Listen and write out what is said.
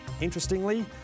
interestingly